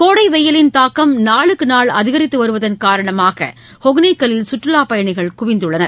கோடை வெயிலின் தாக்கம் நாளுக்கு நாள் அதிகரித்து வருவதன் காரணமாக ஒகேனக்கலில் சுற்றுலாப் பயணிகள் குவிந்துள்ளனர்